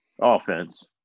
Offense